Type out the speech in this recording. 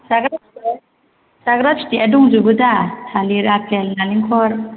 जाग्रा फिथाइ जाग्रा फिथाइया दंजोबो दा थालिर आफेल नालेंखर